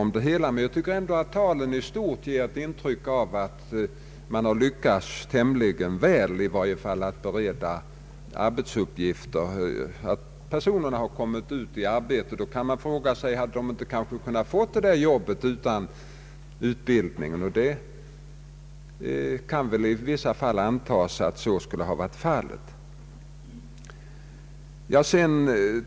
Men jag tycker att talen i stort ger ett intryck av att man har lyckats tämligen väl med att bereda arbetsuppgifter åt dem som utbildats. Frågan uppkommer då om de hade kunnat få dessa jobb utan utbildningen, och det kan väl i något fall antas att så skulle ha varit fallet.